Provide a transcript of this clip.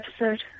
episode